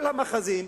כל המאחזים,